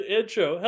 intro